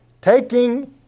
taking